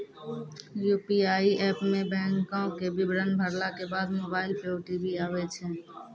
UPI app मे बैंको के विबरण भरला के बाद मोबाइल पे ओ.टी.पी आबै छै